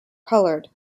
colored